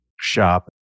shop